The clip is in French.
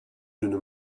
d’une